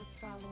follow